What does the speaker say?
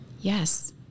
Yes